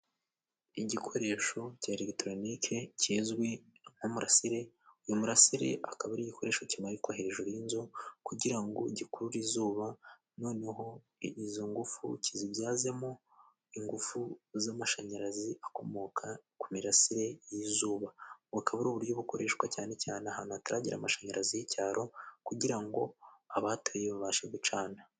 Igikoresho cya legitoronike kizwi nk'umurasire. Uyu murasire akaba ari igikoresho kimanikwa hejuru y'inzu kugirango gikurure izuba, noneho izo ngufu kizibyazemo ingufu z'amashanyarazi akomoka ku mirasire y'izuba. Bukaba ari uburyo bukoreshwa cyane cyane ahantu hataragira amashanyarazi y'icyaro, kugirango abahatuye babashe gucana.